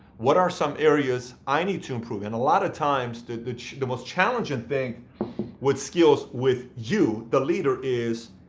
what are some areas i need to improve in? a lot of times the the most challenging thing with skills with you, the leader is,